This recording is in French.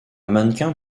mannequin